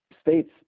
states